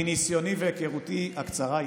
אני מציע מניסיוני והיכרותי הקצרה איתך: